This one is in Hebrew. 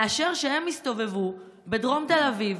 מאשר שהם יסתובבו בדרום תל אביב,